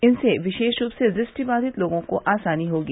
इनसे विशेष रूप से दृष्टि बाधित लोगों को आसानी होगी